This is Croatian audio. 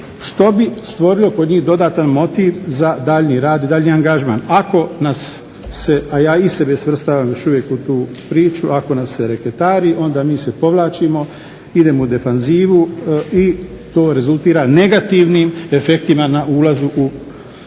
što bi stvorilo kod njih dodatan motiv za daljnji rad i daljnji angažman. Ako nas se, a ja i sebe svrstavam još uvijek u tu priču, ako nas se reketari onda mi se povlačimo, idemo u defanzivu i to rezultira negativnim efektima na ulazu na